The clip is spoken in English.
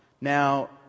Now